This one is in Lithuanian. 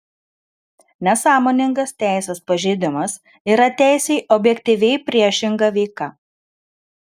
nesąmoningas teisės pažeidimas yra teisei objektyviai priešinga veika